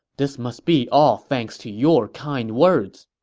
this must be all thanks to your kind words.